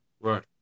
Right